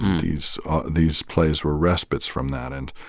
these these plays were respites from that end.